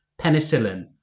penicillin